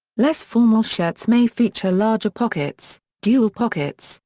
less formal shirts may feature larger pockets, dual pockets,